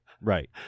Right